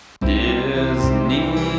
Disney